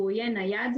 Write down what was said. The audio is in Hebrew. והוא יהיה נייד,